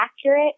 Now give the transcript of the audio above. accurate